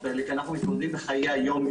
האלה כי אנחנו מתמודדים אתן בחיי היום-יום.